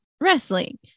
wrestling